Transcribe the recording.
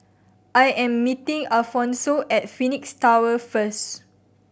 I am meeting Alphonso at Phoenix Tower first